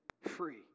free